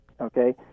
okay